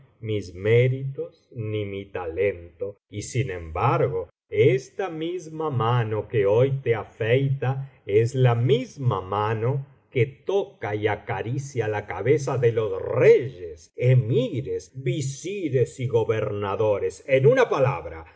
mis méritos ni mi talento y sin embargo esta misma mano que hoy te afeita es la misma mano que toca y acaricia la cabeza de los reyes emires visires y gobernadores en una palabra